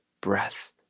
breath